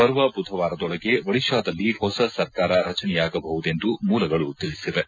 ಬರುವ ಬುಧವಾರದೊಳಗೆ ಒಡಿತ್ಡಾದಲ್ಲಿ ಹೊಸ ಸರ್ಕಾರ ರಚನೆಯಾಗಬಹುದೆಂದು ಮೂಲಗಳು ತಿಳಿಸಿವೆ